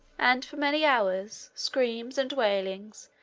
and for many hours screams, and wailings,